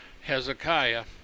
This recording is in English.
Hezekiah